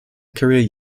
career